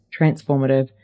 transformative